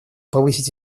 повысить